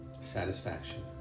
satisfaction